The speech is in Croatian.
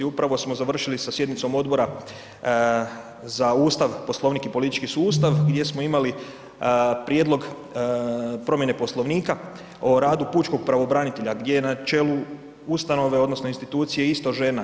Upravo smo završili sa sjednicom Odbor za Ustav, Poslovnik i politički sustav gdje smo imali prijedlog promjene Poslovnika o radu pučkog pravobranitelja gdje je na čelu ustanove odnosno institucije isto žena.